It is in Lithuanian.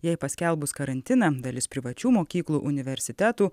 jei paskelbus karantiną dalis privačių mokyklų universitetų